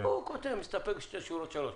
הוא מסתפק בשתי שורות תשובה.